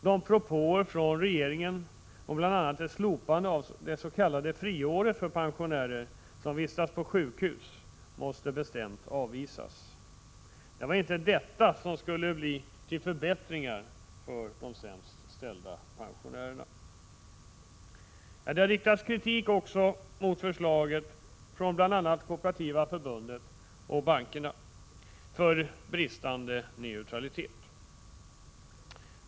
De propåer från regeringen om bl.a. ett slopande av det s.k. friåret för pensionärer som vistas på sjukhus måste bestämt avvisas. Det var inte häri som förbättringarna för de sämst ställda pensionärerna skulle bestå. Förslaget från bl.a. KF och bankerna har kritiserats för bristande neutralitet.